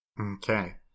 Okay